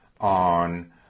on